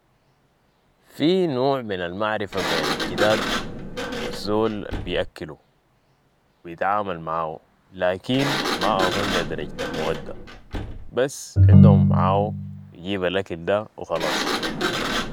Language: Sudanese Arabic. في نوع من المعرفة بين الجداد و الزول البيأكيلو ، و بيتعامل معاو لكن ما اظن لدرجة المودة. بس عدهم معاو يجب الاكل ده و خلاص